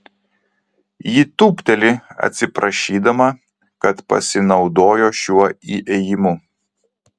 ji tūpteli atsiprašydama kad pasinaudojo šiuo įėjimu